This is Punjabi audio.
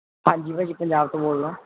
ਹਾਂਜੀ ਭਾਅ ਜੀ ਪੰਜਾਬ ਤੋਂ ਬੋਲਦਾ